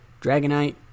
Dragonite